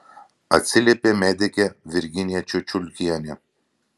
atsiliepė medikė virginija čiučiulkienė